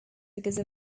because